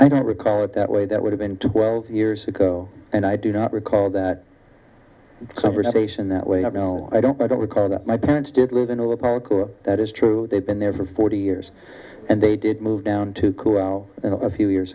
i don't recall it that way that would have been twelve years ago and i do not recall that every station that way up now i don't i don't recall that my parents did live in all of that is true they've been there for forty years and they did move down to cool a few years